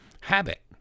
Habit